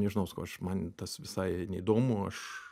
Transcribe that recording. nežinau sakau aš man tas visai neįdomu aš